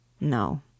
No